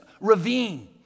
ravine